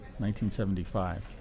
1975